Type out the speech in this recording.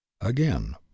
again